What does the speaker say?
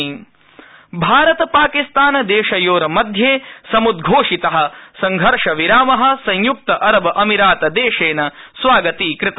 भारत पाक भारत पाकिस्तान देशयोर्मध्ये समुद्घोषित संघर्ष विराम संयुक्त अरब अमीरात देशेन स्वागतीकृत